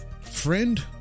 friend